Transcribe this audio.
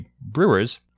Brewers